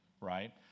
right